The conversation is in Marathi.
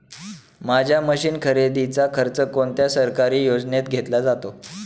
माझ्या मशीन खरेदीचा खर्च कोणत्या सरकारी योजनेत घेतला जातो?